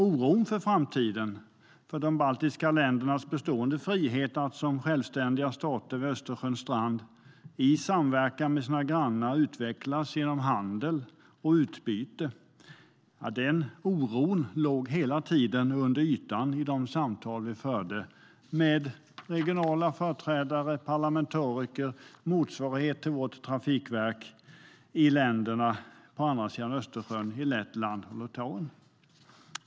Oron för framtiden och för de baltiska ländernas bestående frihet, att som självständiga stater vid Östersjöns strand i fredlig samverkan utvecklas genom handel och utbyte med sina grannländer, låg hela tiden under ytan i våra samtal med regionala företrädare, parlamentariker och motsvarigheten till vårt trafikverk i länderna på andra sidan Östersjön, Lettland och Litauen.